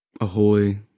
Ahoy